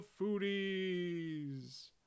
Foodies